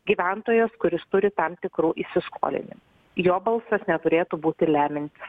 gyventojas kuris turi tam tikrų įsiskolinimų jo balsas neturėtų būti lemiantis